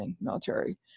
military